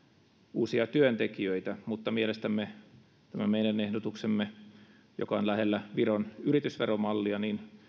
uusia työntekijöitä mielestämme tämä meidän ehdotuksemme joka on lähellä viron yritysveromallia